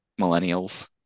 millennials